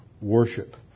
worship